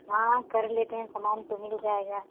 हाँ कर लेते हैं समान तो मिल ही जाएगा